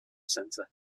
center